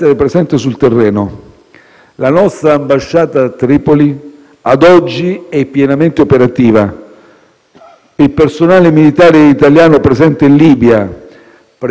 A tutti loro vanno il nostro plauso e la nostra ammirazione per l'impegno e la dedizione con cui assolvono il proprio compito anche in condizioni di oggettiva criticità.